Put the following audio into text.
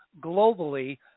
globally